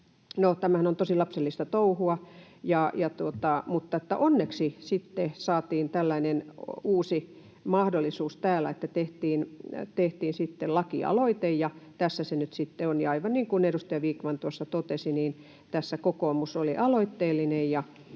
tämähän on tosi lapsellista touhua. Onneksi sitten saatiin tällainen uusi mahdollisuus täällä, että tehtiin lakialoite, ja tässä se nyt sitten on. Aivan niin kuin edustaja Vikman tuossa totesi, tässä kokoomus oli aloitteellinen